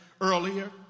earlier